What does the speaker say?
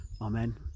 amen